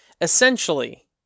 Essentially